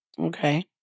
Okay